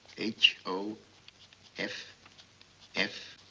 h o f f